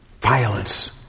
violence